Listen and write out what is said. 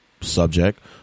subject